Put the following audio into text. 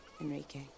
Enrique